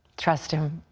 trust him.